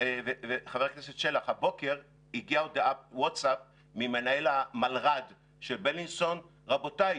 והבוקר הגיעה הודעת ווטסאפ ממנהל המלר"ד של בילינסון: רבותיי,